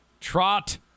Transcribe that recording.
Trot